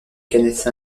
kenneth